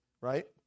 right